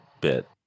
bit